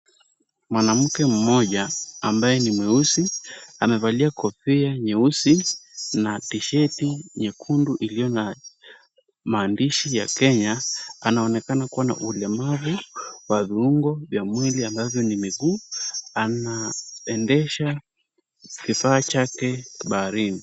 Mwanamke mmoja ambaye ni mweusi, amevalia kofia nyeusi, na t-sheti nyekundu iliyo na maandishi ya Kenya anaonekana kuwa na ulemavu wa viungo vya mwili ambavyo ni miguu, anaendesha kifaa chake baridi.